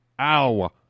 Ow